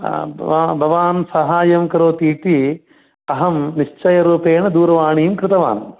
भवान् साहाय्यं करोति इति अहं निश्चयरूपेण दूरवाणीं कृतवान्